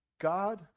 God